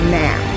now